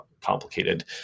complicated